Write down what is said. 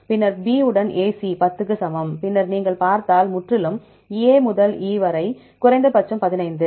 பின்னர் B உடன் AC 10 க்கு சமம் பின்னர் நீங்கள் பார்த்தால் முற்றிலும் A முதல் E வரை குறைந்தபட்சம் 15